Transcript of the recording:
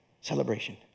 Celebration